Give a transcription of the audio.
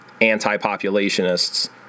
anti-populationists